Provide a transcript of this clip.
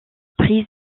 prise